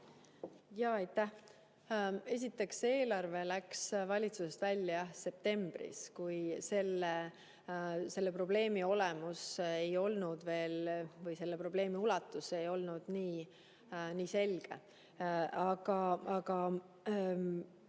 Aitäh! Esiteks, eelarve läks valitsusest välja septembris, seega siis, kui selle probleemi ulatus ei olnud nii selge. Aga